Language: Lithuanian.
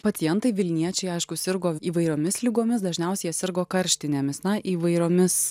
pacientai vilniečiai aišku sirgo įvairiomis ligomis dažniausiai jie sirgo karštinėmis na įvairiomis